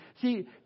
See